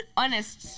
honest